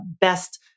best